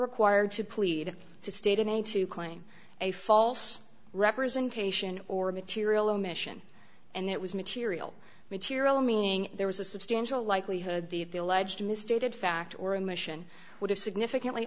required to plead to state in a to claim a false representation or material omission and it was material material meaning there was a substantial likelihood the the alleged misstated fact or emission would have significantly